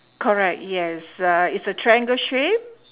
correct yes uhh it's a triangle shape